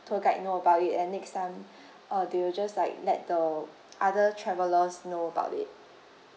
tour guide know about it and next time uh they will just like let the other travellers know about it